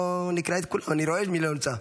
נקרא את כולם, אני רואה מי לא נמצא.